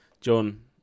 John